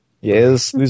Yes